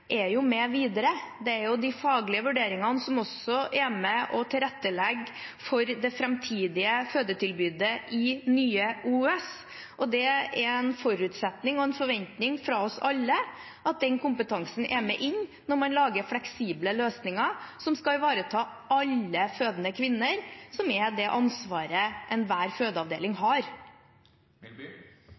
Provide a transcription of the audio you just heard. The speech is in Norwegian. for det framtidige fødetilbudet i Nye OUS. Det er en forutsetning og en forventning fra oss alle at den kompetansen er med inn når man lager fleksible løsninger som skal ivareta alle fødende kvinner, som er det ansvaret enhver fødeavdeling har.